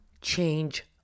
change